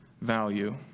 value